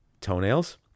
toenails